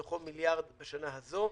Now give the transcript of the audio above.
מתוכו מיליארד בשנה הזו.